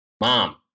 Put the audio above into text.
Mom